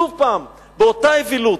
שוב פעם, באותה אווילות.